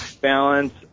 balance